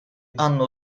hanno